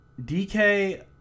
DK